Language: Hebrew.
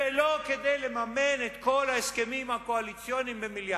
ולא כדי לממן את כל ההסכמים הקואליציוניים במיליארדים.